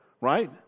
right